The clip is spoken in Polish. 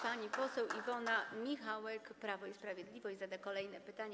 Pani poseł Iwona Michałek, Prawo i Sprawiedliwość, zada kolejne pytanie.